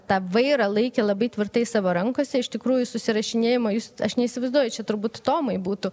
tą vairą laikė labai tvirtai savo rankose iš tikrųjų susirašinėjimą jūs aš neįsivaizduoju čia turbūt tomai būtų